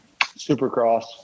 Supercross